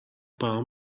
برام